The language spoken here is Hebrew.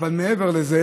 ומייד אומרים: